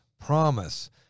promise